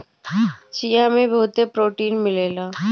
चिया में बहुते प्रोटीन मिलेला